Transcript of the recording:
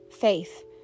Faith